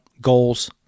goals